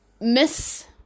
miss